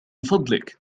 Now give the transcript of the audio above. فضلك